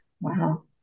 Wow